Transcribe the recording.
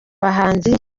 bahanzi